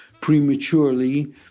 prematurely